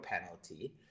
penalty